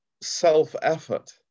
self-effort